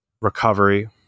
recovery